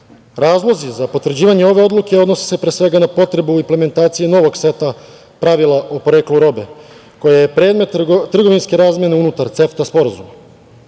za potvrđivanje ove odluke odnose se pre svega na potrebu implementacije novog seta pravila o poreklu robe koje je predmet trgovinske razmene unutar CEFTA sporazuma.